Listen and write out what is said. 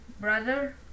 brother